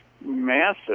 massive